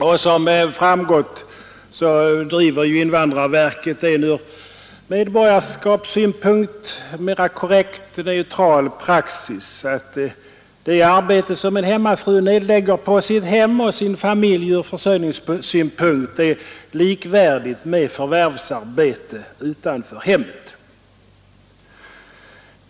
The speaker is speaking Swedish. Det har ju framgått att invandrarverket driver en ur medborgarskapssynpunkt mera korrekt och neutral praxis, nämligen den att det arbete som en hemmafru nedlägger på sitt hem och sin familj är ur försörjningssynpunkt likvärdigt med förvärvsarbete utanför hemmet.